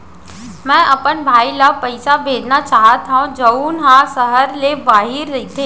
मै अपन भाई ला पइसा भेजना चाहत हव जऊन हा सहर ले बाहिर रहीथे